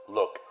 Look